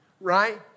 right